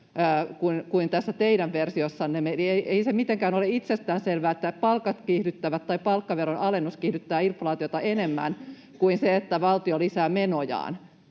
kuin tässä teidän versiossanne, eli ei se mitenkään ole itsestään selvää, että palkat kiihdyttävät tai palkkaverojen alennus kiihdyttää inflaatiota enemmän kuin se, että valtio lisää menojaan.